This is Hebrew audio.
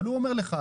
אבל הוא אומר לך,